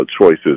choices